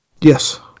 Yes